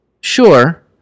sure